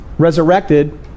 resurrected